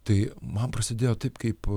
tai man prasidėjo taip kaip